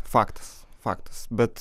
faktas faktas bet